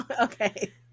okay